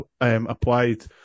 applied